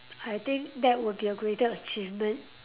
I think that would be a greater achievement